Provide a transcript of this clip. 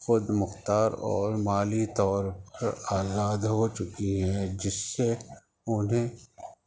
خود مختار اور مالی طور پر آزاد ہو چکی ہے جس سے انہیں